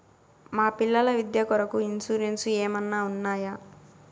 మా పిల్లల విద్య కొరకు ఇన్సూరెన్సు ఏమన్నా ఉన్నాయా?